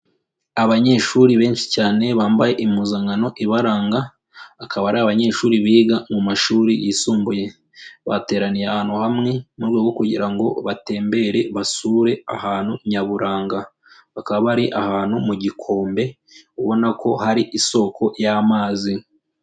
Abanyeshuri benshi cyane bambaye impuzankano ibaranga, akaba ari abanyeshuri biga mu mashuri yisumbuye, bateraniye ahantu hamwe mu rwego kugira ngo batembere basure ahantu nyaburanga, bakaba bari ahantu mu gikombe ubona ko hari isoko y'amazi.